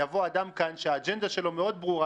יבוא לכאן אדם שהאג'נדה שלו מאוד ברורה,